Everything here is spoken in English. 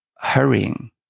hurrying